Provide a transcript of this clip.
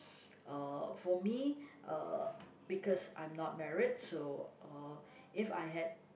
uh for me uh because I'm not married so uh if I had